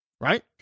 Right